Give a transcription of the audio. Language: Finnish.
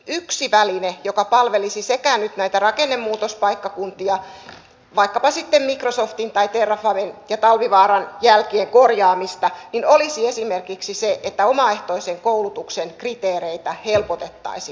yksi väline joka palvelisi nyt näitä rakennemuutospaikkakuntia vaikkapa sitten microsoftin tai terrafamen ja talvivaaran jälkien korjaamista niin olisi esimerkiksi se että omaehtoisen koulutuksen kriteereitä helpotettaisiin